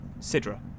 Sidra